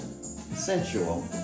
sensual